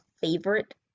favorite